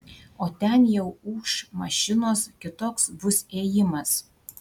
o ten jau ūš mašinos kitoks bus ėjimas